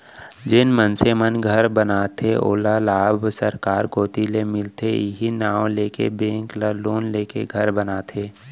जेन मनसे मन घर बनाथे ओला लाभ सरकार कोती ले मिलथे इहीं नांव लेके बेंक ले लोन लेके घर बनाथे